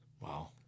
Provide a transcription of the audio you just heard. Wow